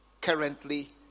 Currently